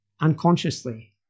unconsciously